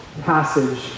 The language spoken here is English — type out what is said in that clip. passage